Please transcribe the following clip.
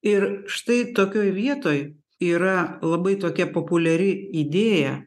ir štai tokioj vietoj yra labai tokia populiari idėja